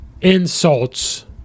insults